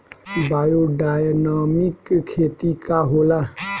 Biodynamic खेती का होला?